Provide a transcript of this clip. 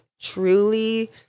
truly